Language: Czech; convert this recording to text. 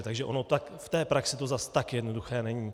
Takže ono v té praxi to zas tak jednoduché není.